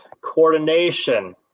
coordination